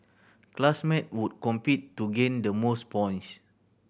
classmates would compete to gain the most points